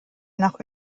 nach